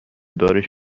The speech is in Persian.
دارش